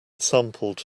sampled